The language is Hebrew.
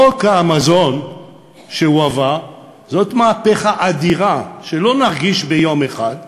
חוק המזון שעבר זאת מהפכה אדירה שלא נרגיש ביום אחד.